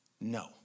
No